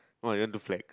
!wah! then do flags